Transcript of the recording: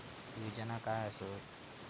योजना काय आसत?